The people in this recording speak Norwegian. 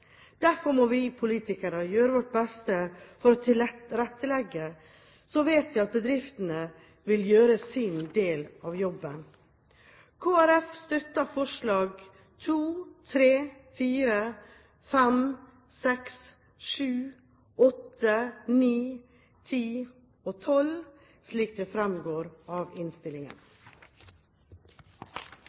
Derfor må vi politikere gjøre vårt beste for å tilrettelegge. Så vet jeg at bedriftene vil gjøre sin del av jobben. Kristelig Folkeparti støtter forslagene nr. 2–10 og 12, slik det fremgår av innstillingen. La meg innledningsvis berømme forslagsstillerne for et velbegrunnet og godt dokument. Det